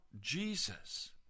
Jesus